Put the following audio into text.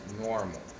normal